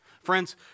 Friends